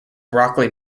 broccoli